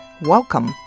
Welcome